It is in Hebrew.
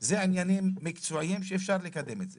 זה עניינים מקצועיים שאפשר לקדם את זה.